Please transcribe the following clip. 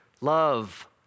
love